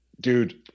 Dude